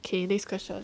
okay next question